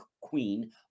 Queen